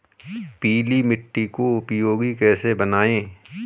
पीली मिट्टी को उपयोगी कैसे बनाएँ?